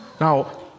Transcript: now